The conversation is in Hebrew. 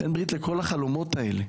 בן ברית לכל החלומות האלה.